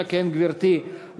אוקיי, אם כן, קיבלתי את ההודעה.